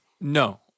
No